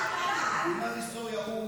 לא.